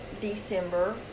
December